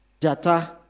Jata